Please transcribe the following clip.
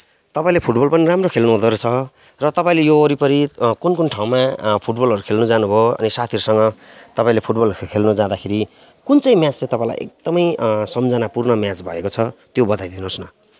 तपाईँले फुटबल पनि राम्रो खेल्नु हुँदोरहेछ र तपाईँले यो वरिपरि कुन कुन ठाउँमा फुटबलहरू खेल्न जानुभयो अनि साथीहरूसँग तपाईँले फुटबल खेल्न जाँदाखेरि कुन चाहिँ म्याच चाहिँ तपाईँलाई एकदमै सम्झनापूर्ण म्याच भएको छ त्यो बताइदिनुहोस् न